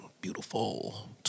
Beautiful